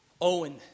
Owen